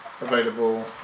available